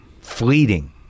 fleeting